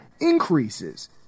increases